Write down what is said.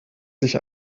sich